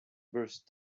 burst